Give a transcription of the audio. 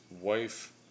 wife